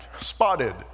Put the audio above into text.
spotted